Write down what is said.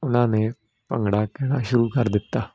ਉਹਨਾਂ ਨੇ ਭੰਗੜਾ ਕਹਿਣਾ ਸ਼ੁਰੂ ਕਰ ਦਿੱਤਾ